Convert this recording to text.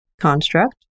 construct